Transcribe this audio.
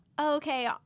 okay